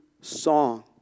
song